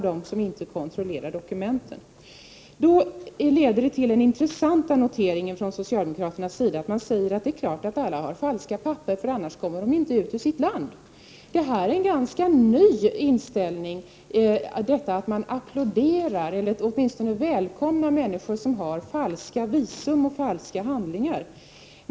Det leder till den intressanta noteringen från socialdemokraternas sida att det är klart att alla har falska — Prot. 1988/89:125 papper, för annars kommer de inte ut ur sitt land. Det är en ganska ny 31 maj 1989 inställning att man applåderar eller åtminstone välkomnar människor som har falska visum och andra falska handlingar.